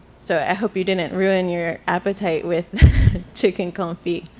so i hope you didn't ruin your appetite with chicken confit.